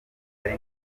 ari